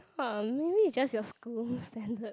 uh maybe it's just your school standard